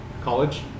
college